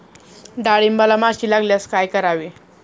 डाळींबाला माशी लागल्यास काय करावे?